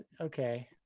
okay